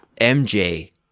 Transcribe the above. MJ